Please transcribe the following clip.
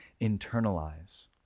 internalize